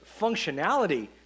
functionality